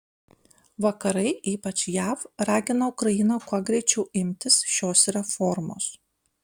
vakarai ypač jav ragino ukrainą kuo greičiau imtis šios reformos